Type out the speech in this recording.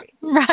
Right